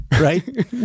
right